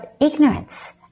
ignorance